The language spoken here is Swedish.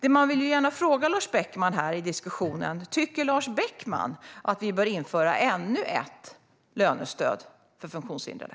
Det man gärna vill fråga Lars Beckman i den här diskussionen är: Tycker Lars Beckman att vi bör införa ännu ett lönestöd till funktionshindrade?